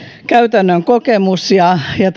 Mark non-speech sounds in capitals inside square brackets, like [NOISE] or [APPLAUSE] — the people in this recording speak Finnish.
käytännön kokemus ja ja [UNINTELLIGIBLE]